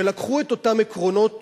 שלקחו את אותם עקרונות